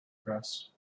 breast